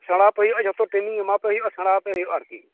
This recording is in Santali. ᱥᱮᱸᱲᱟ ᱟᱯᱮ ᱦᱩᱭᱩᱼᱟ ᱡᱚᱛᱚ ᱴᱨᱮᱱᱤᱝ ᱮᱢᱟ ᱟᱯᱮ ᱦᱩᱭᱩᱼᱟ ᱥᱮᱸᱲᱟ ᱟᱯᱮ ᱦᱩᱭᱩᱼᱟ ᱟᱨᱠᱤ